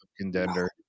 contender